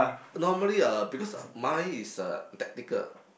normally uh because mine is uh technical